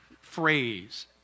phrase